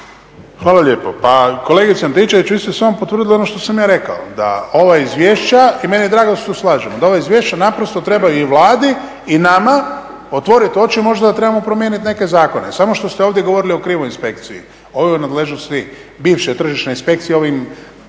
Hvala lijepo. Pa kolegice Antičević, vi ste samo potvrdili ono što sam ja rekao da ova izvješća i meni je drago da se tu slažemo, da ova izvješća naprosto trebaju i Vladi i nama otvoriti oči možda da trebamo promijeniti neke zakone. Samo što ste ovdje govorili o krivoj inspekciji, o nadležnosti bivše tržišne inspekcije, ovim